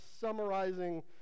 summarizing